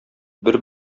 бер